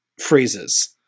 phrases